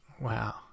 Wow